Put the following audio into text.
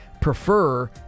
prefer